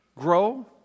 grow